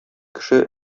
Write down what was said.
кеше